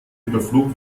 überflog